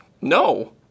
No